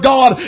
God